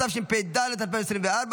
התשפ"ג 2023,